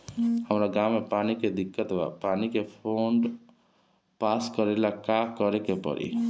हमरा गॉव मे पानी के दिक्कत बा पानी के फोन्ड पास करेला का करे के पड़ी?